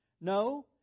No